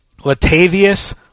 Latavius